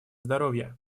здоровья